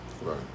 Right